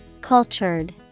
Cultured